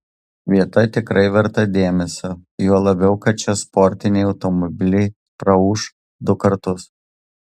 vieta tikrai verta dėmesio juo labiau kad čia sportiniai automobiliai praūš du kartus